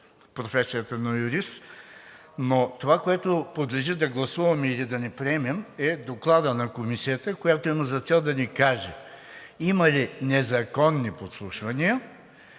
професията на юрист, но това, което подлежи да гласуваме или да не приемем, е Докладът на Комисията, която има за цел да ни каже: има ли незаконни подслушвания